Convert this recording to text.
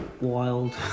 Wild